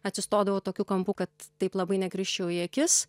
atsistodavau tokiu kampu kad taip labai nekrisčiau į akis